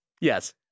Yes